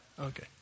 Okay